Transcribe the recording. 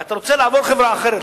אתה רוצה לעבור לחברה אחרת,